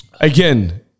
Again